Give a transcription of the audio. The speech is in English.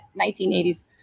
1980s